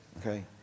okay